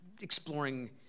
exploring